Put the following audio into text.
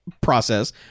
process